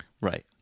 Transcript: Right